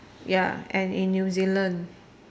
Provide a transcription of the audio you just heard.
ya and in new zealand